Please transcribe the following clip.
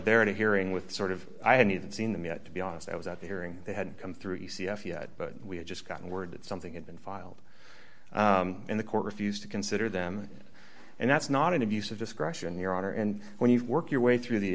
there at a hearing with sort of i haven't even seen them yet to be honest i was at the hearing they had come through e c f yet but we had just gotten word that something had been filed in the court refused to consider them and that's not an abuse of discretion your honor and when you work your way through the